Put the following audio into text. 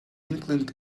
inkling